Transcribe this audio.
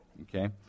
Okay